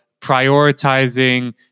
prioritizing